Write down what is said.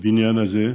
לבניין הזה,